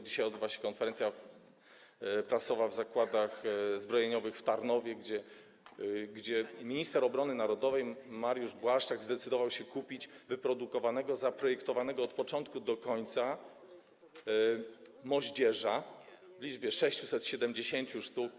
Dzisiaj odbywa się konferencja prasowa w zakładach zbrojeniowych w Tarnowie, gdzie minister obrony narodowej Mariusz Błaszczak zdecydował się kupić wyprodukowane, zaprojektowane od początku do końca moździerze w liczbie 670 sztuk.